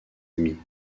amis